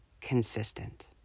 consistent